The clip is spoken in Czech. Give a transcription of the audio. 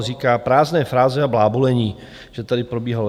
Říká, prázdné fráze a blábolení, že tady probíhalo.